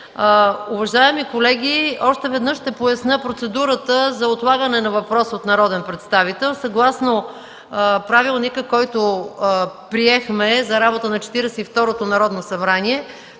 Уважаеми колеги, още веднъж ще поясня процедурата за отлагане на въпрос от народен представител. Съгласно правилника, който приехме, за работа на Четиридесет